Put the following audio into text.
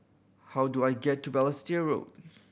how do I get to Balestier Road